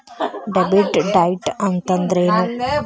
Debit ಡೈಟ್ ಅಂತಂದ್ರೇನು?